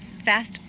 fast